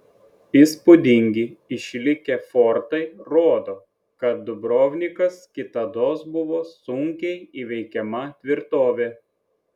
įspūdingi išlikę fortai rodo kad dubrovnikas kitados buvo sunkiai įveikiama tvirtovė